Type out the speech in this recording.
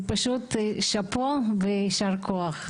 זה פשוט שאפו ויישר כוח.